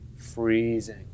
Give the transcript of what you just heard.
Freezing